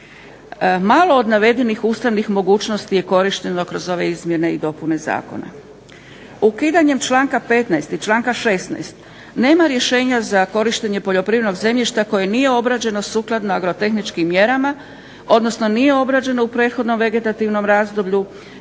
Malo od navedenih ustavnih mogućnosti je korišteno kroz ove izmjene i dopune zakona. Ukidanjem članka 15. i članka 16. nema rješenja za korištenje poljoprivrednog zemljišta koje nije obrađeno sukladno agrotehničkih mjerama, odnosno nije obrađeno u prethodnom vegetativnom razdoblju